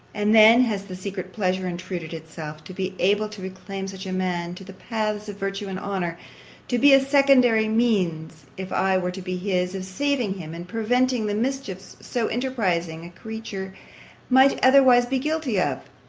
and then has the secret pleasure intruded itself, to be able to reclaim such a man to the paths of virtue and honour to be a secondary means, if i were to be his, of saving him, and preventing the mischiefs so enterprising a creature might otherwise be guilty of,